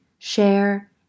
share